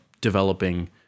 developing